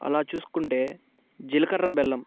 అలా చూసుకుంటే జీలకర్ర బెల్లం